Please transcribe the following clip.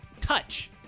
Touch